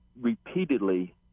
repeatedly